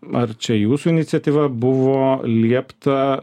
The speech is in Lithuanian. ar čia jūsų iniciatyva buvo liepta